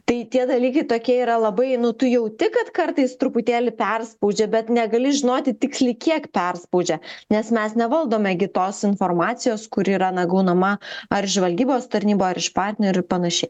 tai tie dalykai tokie yra labai nu tu jauti kad kartais truputėlį perspaudžia bet negali žinoti tiksliai kiek perspaudžia nes mes nevaldome gi tos informacijos kuri yra na gaunama ar iš žvalgybos tarnybų ar iš partnerių ir panašiai